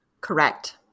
Correct